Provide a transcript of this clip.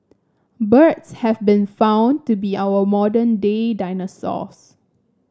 birds have been found to be our modern day dinosaurs